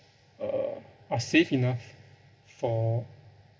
uh are safe enough for